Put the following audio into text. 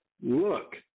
look